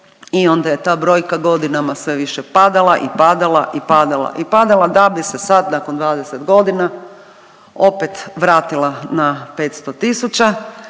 i onda je ta brojka godinama sve više padala i pada i padala i padala da bi se sad nakon 20 godina opet vratila na 500 tisuća.